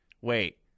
wait